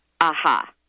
aha